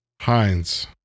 Heinz